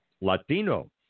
Latino